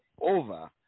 over